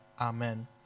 Amen